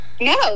no